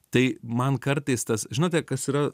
tai man kartais tas žinote kas yra